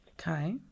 Okay